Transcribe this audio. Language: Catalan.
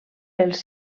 els